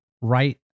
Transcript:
right